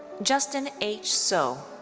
justin h. so.